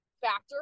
factor